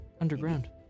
underground